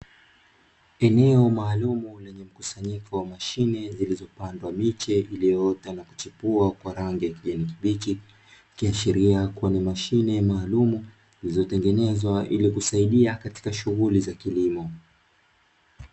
Eneo maalumu lenye mkusanyiko wa mashine zilizopandwa miche, iliyoota na kuchipua kwa rangi ya kijani kibichi, ikiashiria kuwa na mashine maalumu, zilizotengenezwa ili kusaidia katika shughuli za kilimo.